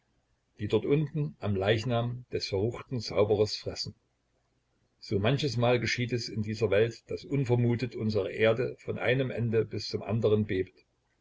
die dort unten am leichnam des verruchten zauberers fressen so manches mal geschieht es in dieser welt daß unvermutet unsere erde von einem ende bis zum andern bebt